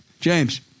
James